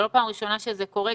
זו לא הפעם הראשונה שזה קורה,